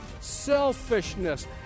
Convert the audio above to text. selfishness